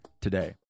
today